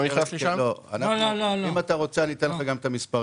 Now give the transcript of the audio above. אם אתה רוצה אני אתן לך גם את המספרים.